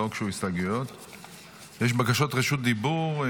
יש בקשות רשות דיבור: